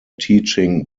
teaching